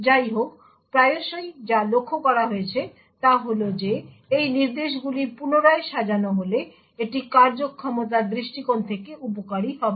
যাইহোক প্রায়শই যা লক্ষ্য করা হয়েছে তা হল যে এই নির্দেশগুলি পুনরায় সাজানো হলে এটি কার্যক্ষমতার দৃষ্টিকোণ থেকে উপকারী হবে